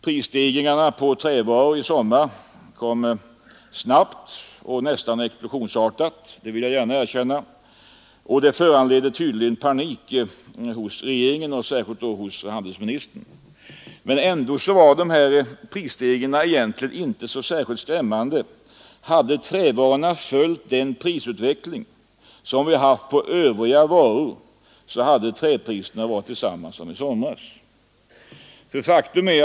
Prisstegringarna på trävaror i sommar kom snabbt och nästan explosionsartat och föranledde tydligen panik hos regeringen och särskilt då hos handelsministern. Ändå var dessa prisstegringar inte särskilt skrämmande. Hade trävarorna följt den prisutveckling som vi har haft på övriga varor hade träpriserna varit desamma som i somras.